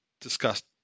discussed